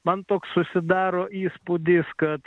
man toks susidaro įspūdis kad